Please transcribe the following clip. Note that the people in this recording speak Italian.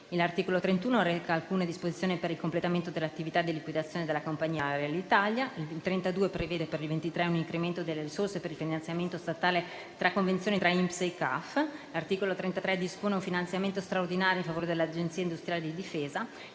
L'articolo 31 reca alcune disposizioni per il completamento dell'attività di liquidazione della compagnia aerea Alitalia. L'articolo 32 prevede, per il 2023, un incremento delle risorse per il finanziamento statale delle convenzioni tra l'INPS e i CAF. L'articolo 33 dispone un finanziamento straordinario in favore dell'Agenzia industrie difesa.